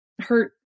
hurt